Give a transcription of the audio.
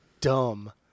dumb